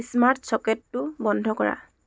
smart ছকেটটো বন্ধ কৰা